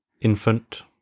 infant